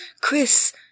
Chris